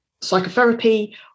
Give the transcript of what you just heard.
psychotherapy